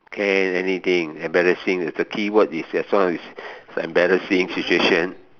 can anything embarrassing it's a keyword it's as long is embarrassing situation